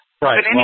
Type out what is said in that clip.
Right